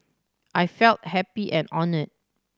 I felt happy and honoured